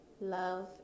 love